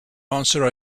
answer